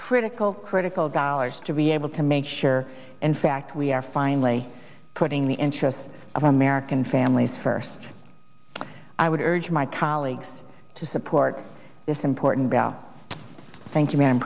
critical critical dollars to be able to make sure in fact we are finally putting the interests of american families first i would urge my colleagues to support this important thank